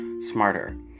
smarter